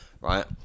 right